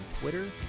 Twitter